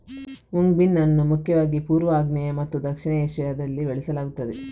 mung bean ಅನ್ನು ಮುಖ್ಯವಾಗಿ ಪೂರ್ವ, ಆಗ್ನೇಯ ಮತ್ತು ದಕ್ಷಿಣ ಏಷ್ಯಾದಲ್ಲಿ ಬೆಳೆಸಲಾಗುತ್ತದೆ